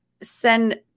send